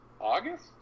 August